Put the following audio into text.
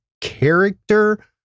character